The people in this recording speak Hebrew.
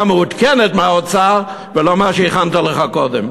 מעודכנת מהאוצר ולא מה שהכנת לך קודם.